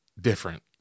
different